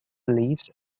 beliefs